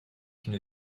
qu’il